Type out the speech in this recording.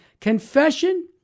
confession